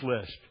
list